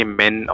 men